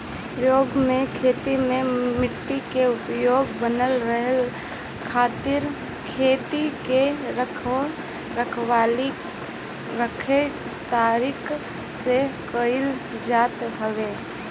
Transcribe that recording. व्यापक खेती में माटी के उर्वरकता बनल रहे खातिर खेत के रख रखाव खास तरीका से कईल जात हवे